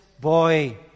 boy